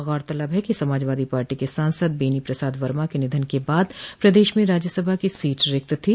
गौरतलब है कि समाजवादी पार्टी के सांसद बेनी प्रसाद वर्मा के निधन के बाद प्रदेश में राज्यसभा की सीट रिक्त थी